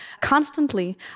constantly